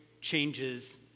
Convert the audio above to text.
Changes